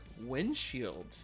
windshield